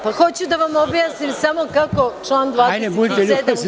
Pa, hoću da vam objasnim samo kako član 27. glasi.